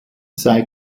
sei